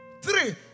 Three